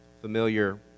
familiar